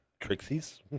Trixies